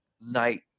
night